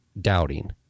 doubting